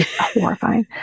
horrifying